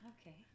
okay